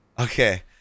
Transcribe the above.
Okay